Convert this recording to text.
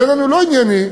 בעינינו לא ענייני,